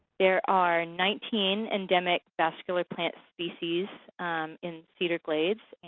there are nineteen endemic vascular plant species in cedar glades,